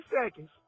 seconds